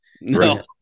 No